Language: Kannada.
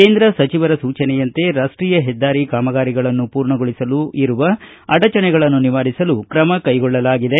ಕೇಂದ್ರ ಸಚಿವರ ಸೂಚನೆಯಂತೆ ರಾಷ್ಟೀಯ ಹೆದ್ದಾರಿ ಕಾಮಗಾರಿಗಳನ್ನು ಪೂರ್ಣಗೊಳಿಸಲು ಇರುವ ಅಡಚಣೆಗಳನ್ನು ನಿವಾರಿಸಲು ಕ್ರಮ ಕೈಗೊಳ್ಳಲಾಗಿದೆ